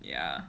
yeah